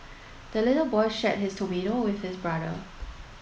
the little boy shared his tomato with his brother